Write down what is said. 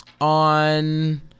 on